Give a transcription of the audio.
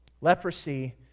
Leprosy